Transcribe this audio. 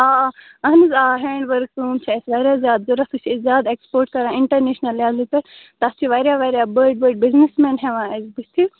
آ آ اہن حظ ہینٛڈ ؤرک کٲم چھِ اَسہِ واریاہ زیاد ضوٚرتھ سُہ چھ أسۍ زیاد ایٚکسپورٹ انٹڑنیشنل لیٚولہ پیٚٹھ تتھ چھِ واریاہ واریاہ بٔڑۍ بٔڑۍ بزنس مین ہیٚوان اسہ بتھٕ